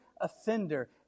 offender